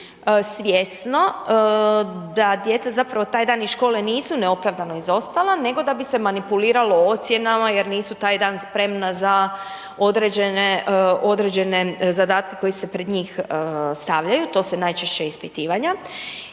svjesno, da djeca zapravo taj dan iz škole nisu neopravdano izostala, nego da bi se manipuliralo ocjenama, jer nisu taj dan spremna za određene zadatake, koje se pred njih stavljaju, to su najčešće ispitivanja.